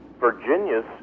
Virginia's